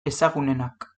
ezagunenak